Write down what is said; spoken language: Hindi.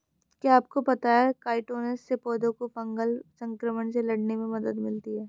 क्या आपको पता है काइटोसन से पौधों को फंगल संक्रमण से लड़ने में मदद मिलती है?